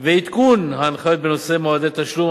ועדכון ההנחיות בנושא מועדי תשלום,